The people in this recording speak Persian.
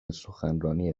سخنرانی